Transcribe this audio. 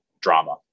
drama